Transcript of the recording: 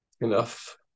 enough